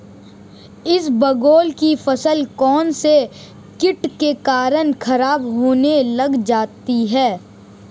इसबगोल की फसल कौनसे कीट के कारण खराब होने लग जाती है?